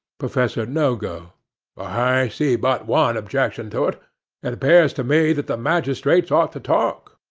professor nogo i see but one objection to it. it appears to me that the magistrates ought to talk.